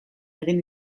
egin